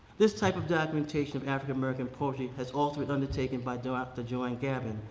this type of documentation of african american poetry has altered undertaken by dr. joanne gabbin,